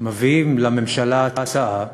מביאים לממשלה הצעה שבמסגרתה,